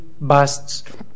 busts